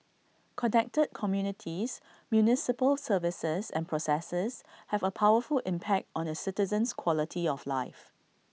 connected communities municipal services and processes have A powerful impact on A citizen's quality of life